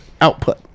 output